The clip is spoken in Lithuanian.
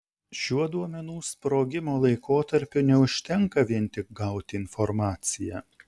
šiuo duomenų sprogimo laikotarpiu neužtenka vien tik gauti informaciją